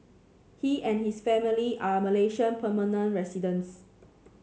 he and his family are Malaysian permanent residents